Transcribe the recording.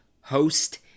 host